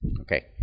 Okay